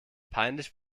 peinlich